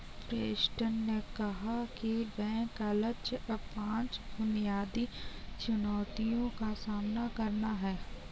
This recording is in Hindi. प्रेस्टन ने कहा कि बैंक का लक्ष्य अब पांच बुनियादी चुनौतियों का सामना करना है